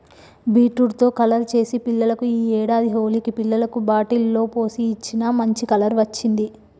beetroot తో colour చేసి పిల్లలకు ఈ ఏడాది హోలికి పిల్లలకు బాటిల్ లో పోసి ఇచ్చిన, మంచి కలర్ వచ్చింది